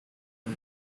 and